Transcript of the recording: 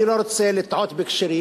אני לא רוצה לטעות בכשרים,